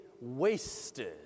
wasted